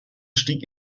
stieg